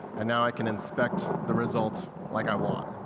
and now i can inspect the result like i want.